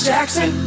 Jackson